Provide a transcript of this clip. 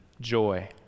joy